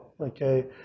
okay